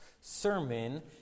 sermon